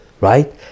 right